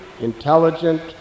intelligent